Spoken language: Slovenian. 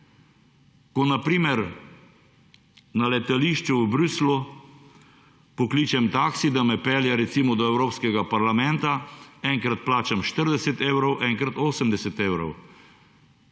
Ko na primer na letališču v Bruslju pokličem taksi, da me pelje recimo do Evropskega parlamenta, enkrat plačam 40 evrov, enkrat 80 evrov,